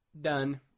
Done